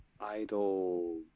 Idol